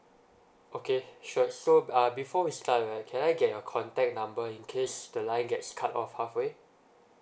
okay sure so uh before we start right and can I get your contact number in case the line gets cut off halfway